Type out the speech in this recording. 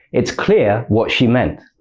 it's clear what she meant.